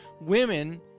women